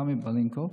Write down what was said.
רמי בלינקוב.